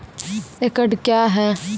एकड कया हैं?